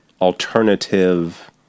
alternative